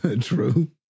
True